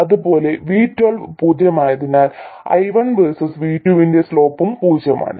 അതുപോലെ y12 പൂജ്യമായതിനാൽ I1 vs V2 ന്റെ സ്ലോപ്പും പൂജ്യമാണ്